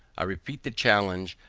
i repeat the challenge,